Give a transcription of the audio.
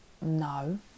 no